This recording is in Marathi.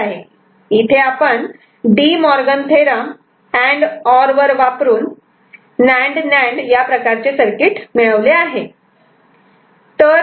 इथे आपण De Morgan theorem De Morgan's theorem and or वर वापरून नांड नांड या प्रकारचे सर्किट मिळवले आहे